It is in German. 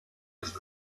ist